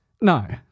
No